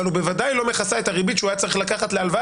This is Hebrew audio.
אבל היא בוודאי לא מכסה את הריבית שהוא היה צריך לקחת להלוואה